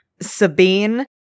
Sabine